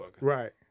right